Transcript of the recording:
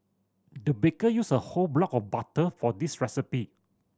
the baker used a whole block of butter for this recipe